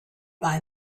buy